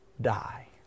die